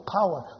power